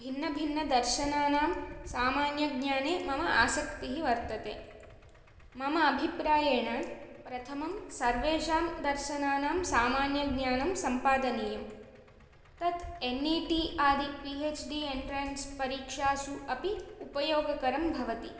भिन्नभिन्नदर्शनानां सामान्यज्ञाने मम आसक्तिः वर्तते मम अभिप्रायेण प्रथमं सर्वेषां दर्शनानां सामान्यज्ञानं सम्पादनीयं तत् एन् ई टी आदि पी हेच् डी एण्ट्रेन्स् परीक्षासु अपि उपयोगकरं भवति